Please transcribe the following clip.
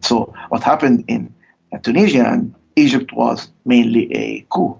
so what happened in tunisia and egypt was mainly a coup